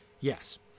Yes